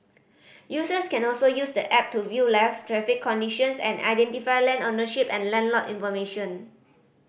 users can also use the app to view live traffic conditions and identify land ownership and land lot information